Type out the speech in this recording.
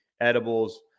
edibles